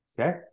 Okay